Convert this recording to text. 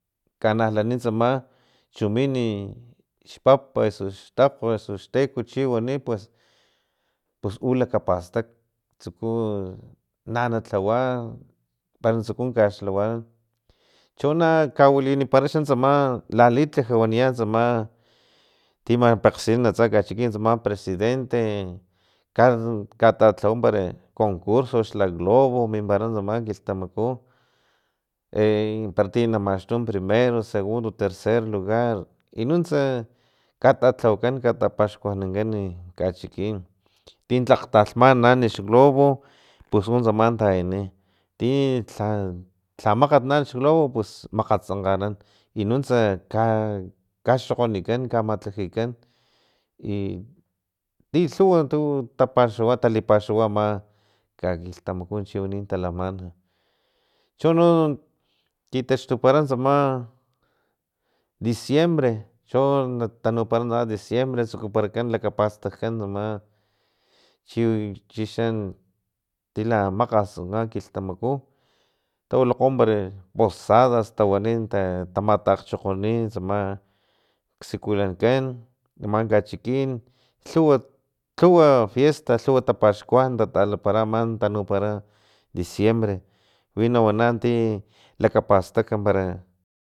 Kanalani tsama chu mini xpap osu xtakg osu xteko chiwani pues pus u lakapastak tsuku na nalhawa para na tsuku kaxlhawa chona nakawilipara xa tsama lalitlaj waniya tsama ti mapakgsinan atsa na chachikin ama presidente katalhawa para concurso lha globo o mimpara tsama kilhtamakue para ti namaxtu priemro o segundo tercer lugar i nuntsa katalhawakan katapaxkuanankan kachikin ti tlak talhaman na an xglobo pus utsama tayani ti lha makgat na an xglobo pusmakgatsankganan i nuntsa naka kaxokgonikan kamatlajikan i ti lhuw tapaxawan lipaxawa ama kakilhtamaku chiwani talaman chono kitaxtupara tsama diciembre cho natanupara tsama diciembre na tsukuparakan lakapastakan chi chixan tila makgas tsama kilhtamaku tawilakgo para posadas tawani ta tamakgchokgoni tsama xsikulankan ama kachikin lhuwa fiesta lhuwa tapaxkuan tatalapara ama tanupara diciembre wi nawana ti lakapastak para